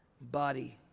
body